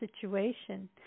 situation